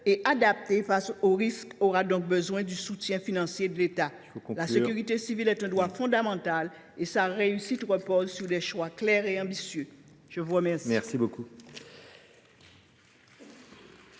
et adaptée face aux risques, requiert donc le soutien financier de l’État. La sécurité civile est un droit fondamental, dont la réussite repose sur des choix clairs et ambitieux. La parole